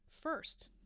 First